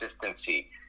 consistency